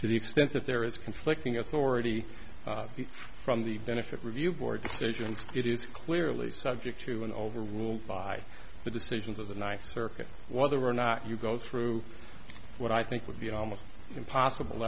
to the extent that there is conflicting authority from the benefit review board decision it is clearly subject to an overruled by the decisions of the ninth circuit whether or not you go through what i think would be almost impossible